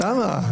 למה?